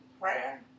prayer